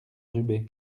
rubé